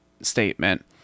statement